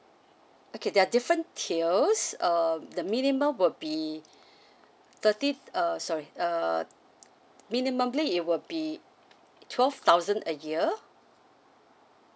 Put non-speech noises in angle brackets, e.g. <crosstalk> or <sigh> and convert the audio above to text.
okay there are different tiers uh the minimum will be <breath> thirty uh sorry uh minimally it will be twelve thousand a year